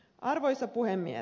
arvoisa puhemies